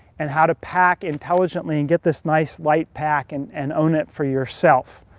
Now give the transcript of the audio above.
and how to pack intelligently and get this nice light pack, and and own it for yourself.